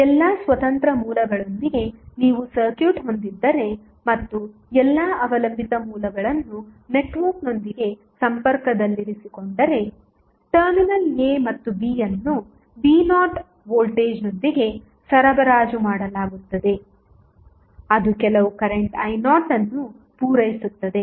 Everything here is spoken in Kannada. ಎಲ್ಲಾ ಸ್ವತಂತ್ರ ಮೂಲಗಳೊಂದಿಗೆ ನೀವು ಸರ್ಕ್ಯೂಟ್ ಹೊಂದಿದ್ದರೆ ಮತ್ತು ಎಲ್ಲಾ ಅವಲಂಬಿತ ಮೂಲಗಳನ್ನು ನೆಟ್ವರ್ಕ್ನೊಂದಿಗೆ ಸಂಪರ್ಕದಲ್ಲಿರಿಸಿಕೊಂಡರೆ ಟರ್ಮಿನಲ್ a ಮತ್ತು b ಅನ್ನು v0 ವೋಲ್ಟೇಜ್ನೊಂದಿಗೆ ಸರಬರಾಜು ಮಾಡಲಾಗುತ್ತದೆ ಅದು ಕೆಲವು ಕರೆಂಟ್ i0 ಅನ್ನು ಪೂರೈಸುತ್ತದೆ